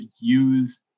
use